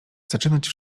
zaczynać